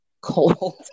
cold